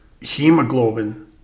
hemoglobin